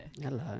Hello